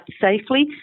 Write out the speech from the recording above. safely